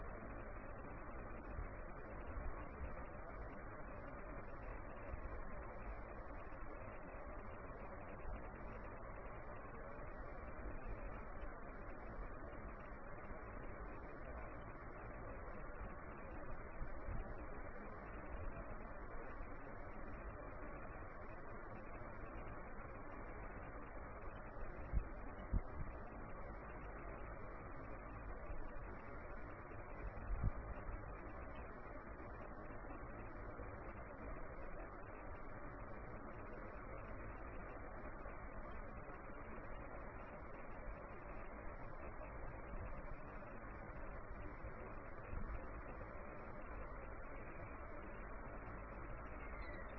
तो यह फिर से पीछे जाता है तो यह 0 को पार करता है तब फिर से दिशा में परिवर्तन होता है इसलिए ड्यूटी साइकिल इस तरह से चलता रहता है कि operating point maximum power point के चारों तरफ आगे और पीछे खिसकता रहे आप इस हिस्टैरिसीस कन्वर्टर के लिए एक उपयुक्त हिस्टैरिसीस को निर्धारित करके जितना संभव हो उतना आगे और पीछे होने के मूवमेंट को कम कर सकते हैं यदि आप एक छोटा हिस्टैरिसीस बैंड देते हैं तो यह ऑपरेटिंग पॉइंट के बहुत पास मँडराता रहेगा यदि आप एक वाइड हिस्टैरिसीस बैंड देते हैं तो यहाँ बदलाव ज्यादा होगा